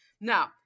Now